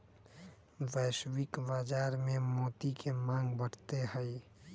वैश्विक बाजार में मोती के मांग बढ़ते हई